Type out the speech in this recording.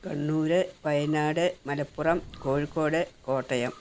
Kannur Wayanad Malappuram Kozhikode Kottayam